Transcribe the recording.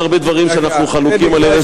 יש הרבה דברים שאנחנו חלוקים עליהם,